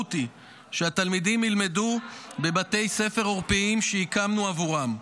המשמעות היא שהתלמידים ילמדו בבתי ספר עורפיים שהקמנו בעבורם.